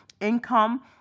income